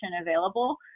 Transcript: available